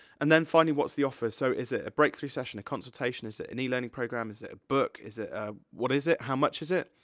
and then, finding what's the offer. so, is it a breakthrough session, a consultation, is it an elearning programme, is it a book, is it a, what is it, how much is it?